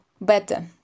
better